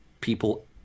people